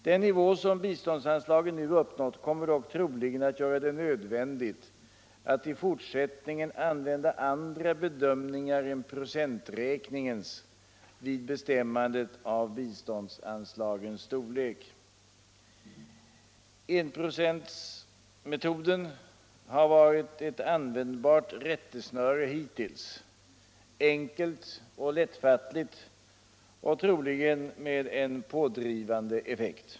Den nivå som biståndsanslagen nu uppnått kommer dock troligen att göra det nödvändigt att i fortsättningen använda andra bedömningar än procenträkningens vid bestämmandet av biståndsanslagens storlek. Enprocentsmetoden har varit ett användbart rättesnöre hittills — enkelt och lättfattligt och troligen med en pådrivande effekt.